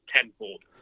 tenfold